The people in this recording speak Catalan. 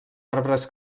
arbres